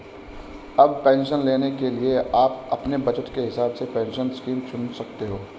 अब पेंशन लेने के लिए आप अपने बज़ट के हिसाब से पेंशन स्कीम चुन सकते हो